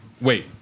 Wait